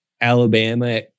Alabama